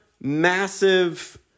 massive